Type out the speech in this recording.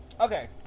Okay